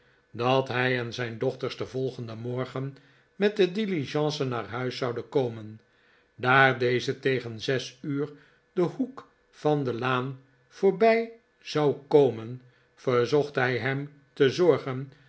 dat hij en zijn dochters den volgenden morgen met de diligence naar huis zouden komen daar deze tegen zes uur den hoek van de laan voorbij zou komen verzocht hij hem te zorgen